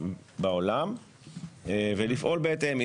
בעולם ולפעול בהתאם.